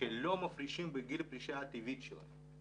שלא מפרישים בגיל הפרישה הטבעית שלהם,